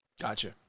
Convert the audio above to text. Gotcha